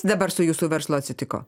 dabar su jūsų verslu atsitiko